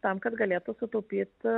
tam kad galėtų sutaupyt